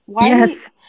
Yes